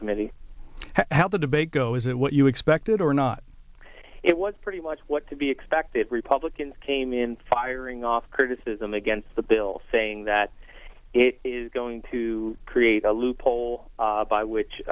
committee how the debate go is it what you expected or not it was pretty much what to be expected republicans came in firing off criticism against the bill saying that it is going to create a loophole by which